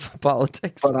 politics